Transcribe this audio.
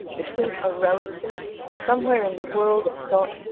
between a relative, somewhere in the world of thought,